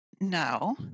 no